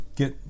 get